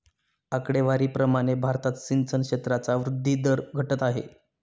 आकडेवारी प्रमाणे भारतात सिंचन क्षेत्राचा वृद्धी दर घटत आहे